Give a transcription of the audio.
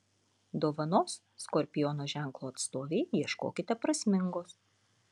dovanos skorpiono ženklo atstovei ieškokite prasmingos